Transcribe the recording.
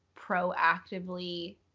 proactively